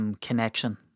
connection